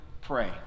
pray